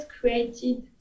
created